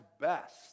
best